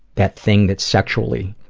that thing that sexually,